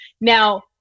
Now